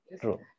true